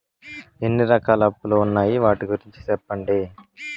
ఎన్ని రకాల అప్పులు ఉన్నాయి? వాటి గురించి సెప్పండి?